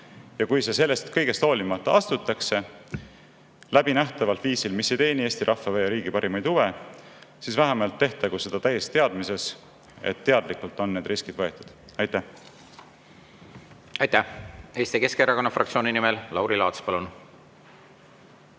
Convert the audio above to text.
Ja kui see sellest kõigest hoolimata astutakse, läbinähtavalt viisil, mis ei teeni Eesti rahva ja riigi parimaid huve, siis vähemalt tehtagu seda täies teadmises, et need riskid on võetud teadlikult. Aitäh! Aitäh! Eesti Keskerakonna fraktsiooni nimel Lauri Laats, palun!